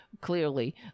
clearly